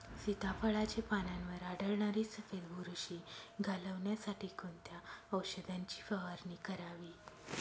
सीताफळाचे पानांवर आढळणारी सफेद बुरशी घालवण्यासाठी कोणत्या औषधांची फवारणी करावी?